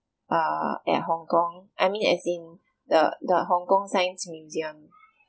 uh at Hong-Kong I mean as in the the Hong-Kong science museum